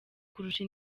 kurusha